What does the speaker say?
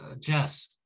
Jess